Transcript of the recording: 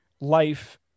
life